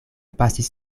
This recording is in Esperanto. pasis